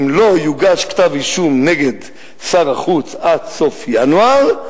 אם לא יוגש כתב-אישום נגד שר החוץ עד סוף ינואר,